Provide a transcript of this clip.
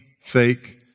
fake